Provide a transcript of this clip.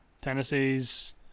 Tennessee's